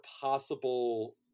possible